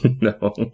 no